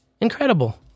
Incredible